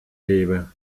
gebe